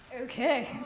Okay